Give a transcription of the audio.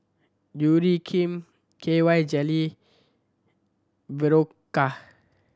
Urea Cream K Y Jelly Berocca